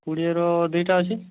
କୋଡ଼ିଏର ଦୁଇଟା ଅଛି